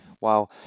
Wow